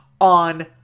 on